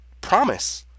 promise